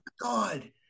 god